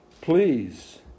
please